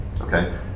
Okay